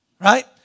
Right